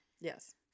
yes